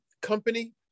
company